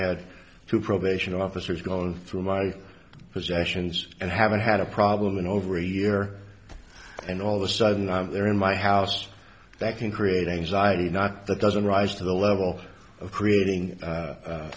had two probation officers going through my possessions and haven't had a problem in over a year and all the sudden there in my house that can create anxiety not that doesn't rise to the level of creating a